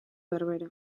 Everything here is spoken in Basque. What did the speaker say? berbera